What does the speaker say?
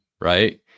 right